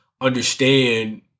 understand